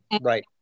Right